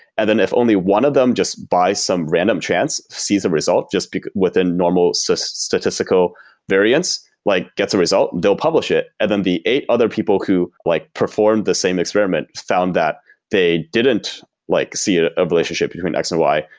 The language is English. and then if only one of them just by some random chance sees a result just within normal so statistical variance, like gets a result, they'll publish it. and then the eight other people who like perform the same experiment found that they didn't like see ah a relationship between x and y,